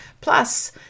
Plus